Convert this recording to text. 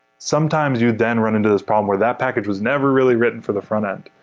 sometimes you then run into this problem where that package was never really written for the frontend,